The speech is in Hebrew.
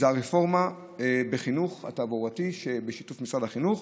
הרפורמה בחינוך התעבורתי בשיתוף משרד החינוך.